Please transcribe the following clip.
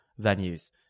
venues